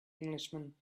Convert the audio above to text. englishman